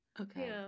Okay